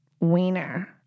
wiener